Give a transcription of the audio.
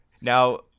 Now